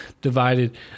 divided